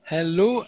Hello